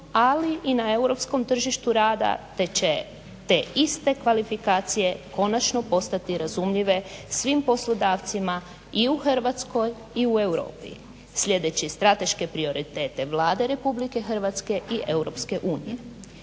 ali i na europskom tržištu rada te će te iste kvalifikacije konačno postati razumljive svim poslodavcima i u Hrvatskoj i u Europi slijedeći strateške prioritete Vlade RH i EU. Ključni